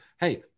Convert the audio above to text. hey